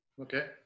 Okay